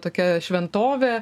tokia šventovė